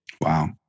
Wow